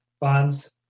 bonds